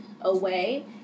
away